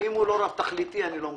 אם הוא לא רב-תכליתי אני לא מוכן.